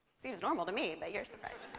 seems normal to me, but you're surprised.